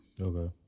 Okay